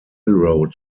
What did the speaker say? road